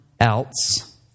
Else